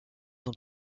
dans